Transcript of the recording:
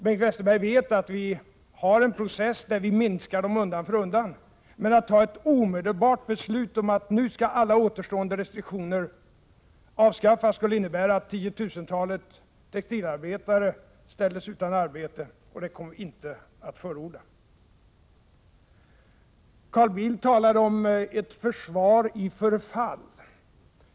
Han vet att det pågår en process där vi minskar dem undan för undan, men att fatta ett omedelbart beslut om att alla återstående restriktioner skall avskaffas skulle innebära att tiotusentals textilarbetare ställdes utan arbete. Det kommer vi inte att förorda. Carl Bildt talade om ett försvar i förfall.